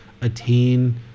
attain